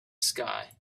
sky